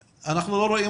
היום הוא לא ענה